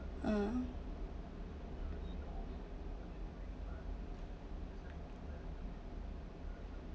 um